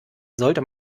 sollte